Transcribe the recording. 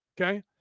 Okay